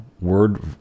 word